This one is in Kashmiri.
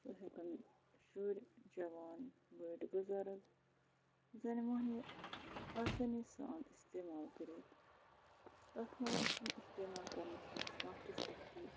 سُہ ہٮ۪کن شُرۍ جوان بٔڑۍ بُزَرگ زَنہِ موٚہنی آسٲنی سان اِستعمال کٔرِتھ تَتھ منٛز چھُنہٕ اِستعمال کَرنَس منٛز کانٛہہ تہِ سختی